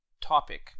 topic